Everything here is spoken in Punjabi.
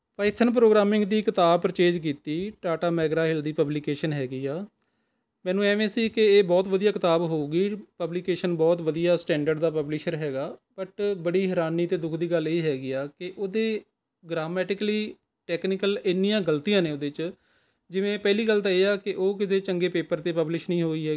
ਮੈਂ ਇੱਥੇ ਨਾ ਪ੍ਰੋਗਰਾਮਿੰਗ ਦੀ ਕਿਤਾਬ ਪਰਚੇਜ਼ ਕੀਤੀ ਟਾਟਾ ਮੈਗਰਾ ਹਿੱਲ ਦੀ ਪਬਲੀਕੇਸ਼ਨ ਹੈਗੀ ਆ ਮੈਨੂੰ ਇਵੇਂ ਸੀ ਕਿ ਇਹ ਬਹੁਤ ਵਧੀਆ ਕਿਤਾਬ ਹੋਊਗੀ ਪਬਲੀਕੇਸ਼ਨ ਬਹੁਤ ਵਧੀਆ ਸਟੈਂਡਰਡ ਦਾ ਪਬਲੀਸ਼ਰ ਹੈਗਾ ਬਟ ਬੜੀ ਹੈਰਾਨੀ ਅਤੇ ਦੁੱਖ ਦੀ ਗੱਲ ਇਹ ਹੈਗੀ ਆ ਕਿ ਉਹਦੇ ਗਰਾਮੈਟੀਕਲੀ ਟੈਕਨੀਕਲ ਇੰਨੀਆਂ ਗ਼ਲਤੀਆਂ ਨੇ ਉਹਦੇ 'ਚ ਜਿਵੇਂ ਪਹਿਲੀ ਗੱਲ ਤਾਂ ਇਹ ਹੈ ਕਿ ਉਹ ਕਿਸੇ ਚੰਗੇ ਪੇਪਰ 'ਤੇ ਪਬਲਿਸ਼ ਨਹੀਂ ਹੋਈ ਹੈਗੀ